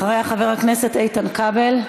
אחריה, חבר הכנסת כבל.